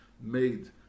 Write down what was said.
made